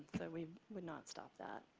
so we would not stop that.